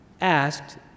asked